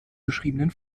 beschriebenen